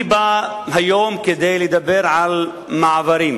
אני בא היום כדי לדבר על מעברים.